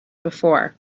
before